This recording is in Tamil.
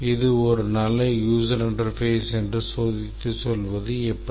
இது ஒரு நல்ல user interface என்று சோதித்து சொல்வது எப்படி